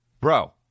Bro